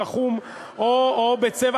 שחום או בצבע,